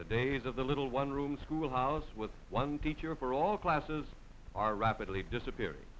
the days of the little one room school house with one teacher for all classes are rapidly disappearing